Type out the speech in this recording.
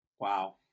Wow